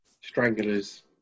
Stranglers